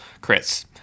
chris